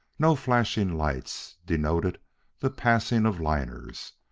no flashing lights denoted the passing of liners,